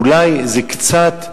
אולי זה קצת,